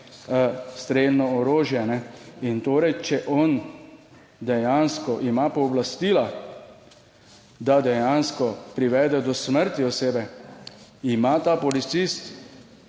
strelno orožje. In torej, če on dejansko ima pooblastila, da dejansko privede do smrti osebe, ima ta policist